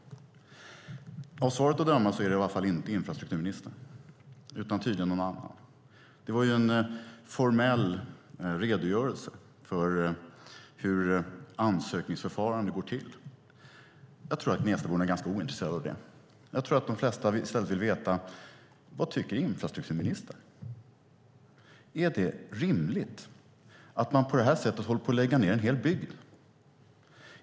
Av svaret att döma är det i alla fall inte infrastrukturministern utan tydligen någon annan. Svaret var en formell redogörelse för hur ansökningsförfarandet går till. Jag tror att Gnestaborna är ganska ointresserade av det. Jag tror att de flesta i stället vill veta vad infrastrukturministern tycker. Är det rimligt att man på detta sätt håller på att lägga ned en hel bygd?